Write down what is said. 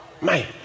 man